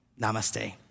Namaste